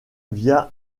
via